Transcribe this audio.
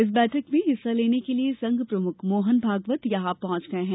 इस बैठक में हिस्सा लेने के लिए संघ प्रमुख मोहन भागवत यहां पहुंच गये हैं